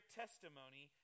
testimony